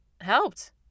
helped